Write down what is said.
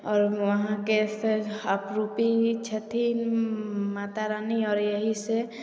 आओर वहाँके आपरूपी छथिन माता रानी आओर यहीसे